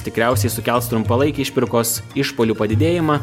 tikriausiai sukels trumpalaikį išpirkos išpuolių padidėjimą